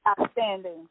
Outstanding